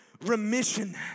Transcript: remission